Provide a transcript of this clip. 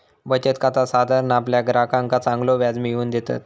बचत खाता साधारण आपल्या ग्राहकांका चांगलो व्याज मिळवून देतत